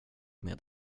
med